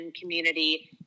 community